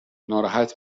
ناراحت